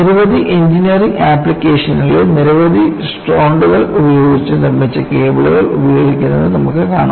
നിരവധി എഞ്ചിനീയറിംഗ് ആപ്ലിക്കേഷനുകളിൽ നിരവധി സ്ട്രോണ്ടുകൾ ഉപയോഗിച്ച് നിർമ്മിച്ച കേബിളുകൾ ഉപയോഗിക്കുന്നത് നമുക്ക് കാണാം